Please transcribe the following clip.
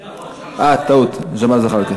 אה, טעות, ג'מאל זחאלקה.